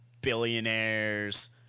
billionaires